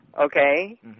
okay